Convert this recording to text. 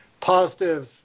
positive